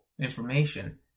information